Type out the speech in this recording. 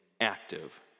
active